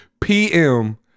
PM